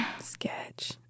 Sketch